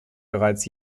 bereits